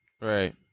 Right